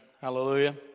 Hallelujah